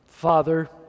Father